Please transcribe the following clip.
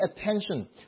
attention